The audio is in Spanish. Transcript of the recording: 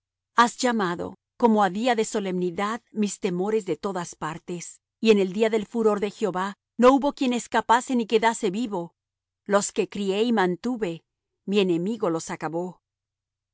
has llamado como a día de solemnidad mis temores de todas partes y en el día del furor de jehová no hubo quien escapase ni quedase vivo los que crié y mantuve mi enemigo los acabó yo